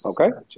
Okay